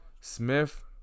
Smith